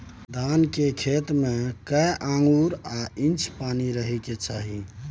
धान के खेत में कैए आंगुर आ इंच पानी रहै के चाही?